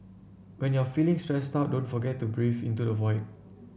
when you are feeling stressed out don't forget to breathe into the void